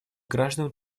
граждан